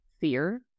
fear